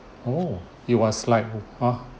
oh it was like !huh!